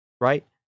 right